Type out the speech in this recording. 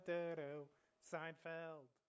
Seinfeld